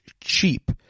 cheap